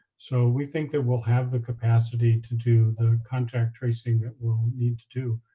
so we think that we'll have the capacity to do the contact tracing that we'll need to do